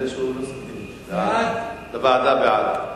בעד זה לוועדה.